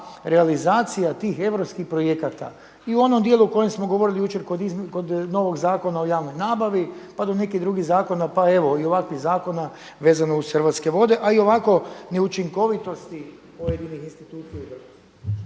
realizacija tih europskih projekata. I u onom dijelu o kojem smo govorili jučer kod novog Zakona o javnoj nabavi pa do nekih drugih zakona pa evo i ovakvih zakona vezano uz Hrvatske vode, a i ovako neučinkovitosti pojedinih institucija u